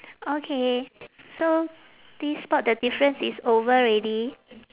okay so this spot the difference is over already